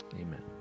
Amen